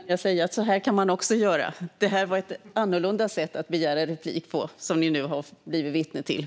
Fru talman! Eftersom vi har åhörare på läktaren säger jag att så här kan man också göra. Detta var ett annorlunda sätt att begära replik på som ni nu blev vittne till.